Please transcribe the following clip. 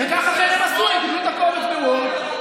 וככה באמת עשו: הם קיבלו את הקובץ בוורד,